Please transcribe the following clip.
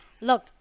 Look